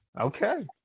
okay